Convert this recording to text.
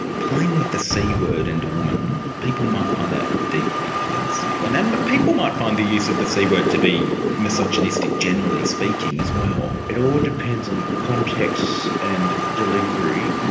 playing with the c-word and a woman, people might find that deeply offensive. and and but people might find the use of the c-word to be misogynistic generally speaking as well. it all depends on the context and delivery.